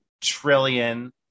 trillion